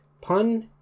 Pun